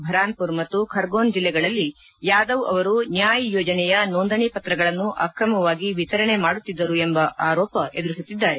ಭರಾನ್ಪುರ್ ಮತ್ತು ಖರ್ಗೋನ್ ಜಿಲ್ಲೆಗಳಲ್ಲಿ ಯಾದವ್ ಅವರು ನ್ಯಾಯ್ ಯೋಜನೆಯ ಸೋಂದಣಿ ಪತ್ರಗಳನ್ನು ಆಕ್ರಮವಾಗಿ ವಿತರಣೆ ಮಾಡುತ್ತಿದ್ದರು ಎಂಬ ಆರೋಪ ಎದುರಿಸುತ್ತಿದ್ದಾರೆ